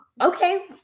Okay